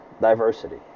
diversity